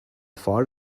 far